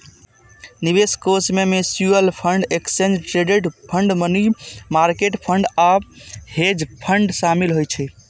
निवेश कोष मे mutual fund, exchange traded fund, money market fund आ हेज फंड शामिल होइ छै